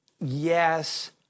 yes